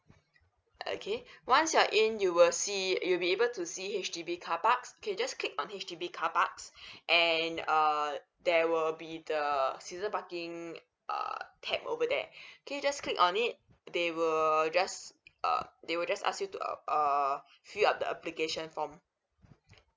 okay once you're in you will see you'll be able to see H_D_B car parks okay just click on H_D_B car parks and err there will be the season parking uh tab over there okay just click on it they will just uh they will just ask you to uh err fill up the application form